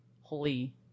holy